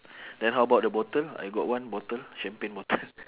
then how about the bottle I got one bottle champagne bottle